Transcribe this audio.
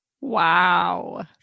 Wow